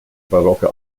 barocke